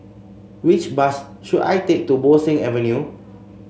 which bus should I take to Bo Seng Avenue